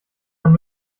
man